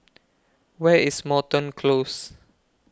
Where IS Moreton Close